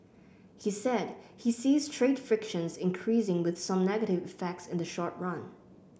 he said he sees trade frictions increasing with some negative effects in the short run